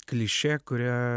klišė kurią